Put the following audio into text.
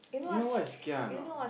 you know what is Kia or not